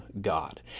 God